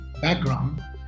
background